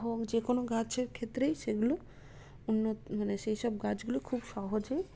হোক যে কোনো গাছের ক্ষেত্রেই সেগুলি উন্নত মানে সেইসব গাছগুলো খুব সহজেই